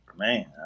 Man